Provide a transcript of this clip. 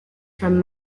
from